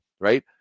right